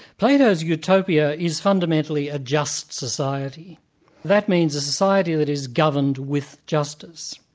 plato's utopia is fundamentally a just society that means a society that is governed with justice.